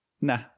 Nah